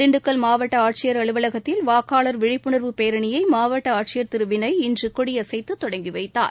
திண்டுக்கல் மாவட்ட ஆட்சியர் அலுவலகத்தில் வாக்காளர் விழிப்புணர்வு பேரணியை மாவட்ட ஆட்சியர் திரு வினய் இன்று கொடியசைத்து தொடங்கிவைத்தார்